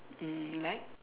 mm like